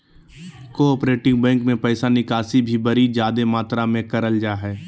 cooperative bank मे पैसा निकासी भी बड़ी जादे मात्रा मे करल जा हय